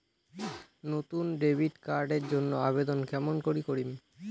নতুন debit card এর জন্যে আবেদন কেমন করি করিম?